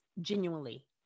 genuinely